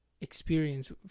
experience